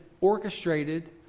orchestrated